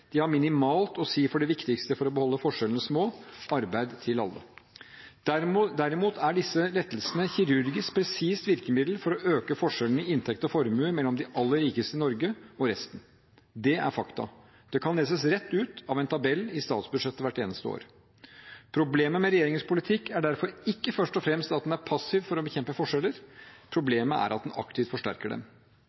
De har minimalt å si for det viktigste for å beholde forskjellene små – arbeid til alle. Derimot er disse lettelsene et kirurgisk presist virkemiddel for å øke forskjellene i inntekt og formue mellom de aller rikeste i Norge og resten. Det er fakta. Det kan leses rett ut av en tabell i statsbudsjettet hvert eneste år. Problemet med regjeringens politikk er derfor ikke først og fremst at den er passiv for å bekjempe forskjeller. Problemet er at den aktivt forsterker